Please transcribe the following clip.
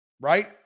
right